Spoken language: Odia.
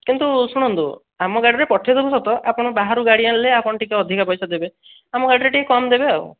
କିନ୍ତୁ ଶୁଣନ୍ତୁ ଆମ ଗାଡ଼ିରେ ପଠାଇଦେବୁ ସତ ଆପଣ ବାହାରୁ ଗାଡ଼ି ଆଣିଲେ ଆପଣ ଟିକିଏ ଅଧିକା ପଇସା ଦେବେ ଆମ ଗାଡ଼ିଟା ଟିକିଏ କମ୍ ଦେବେ ଆଉ